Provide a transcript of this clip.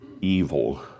evil